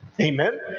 Amen